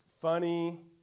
funny